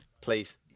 Please